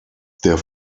der